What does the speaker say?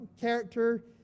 character